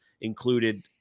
included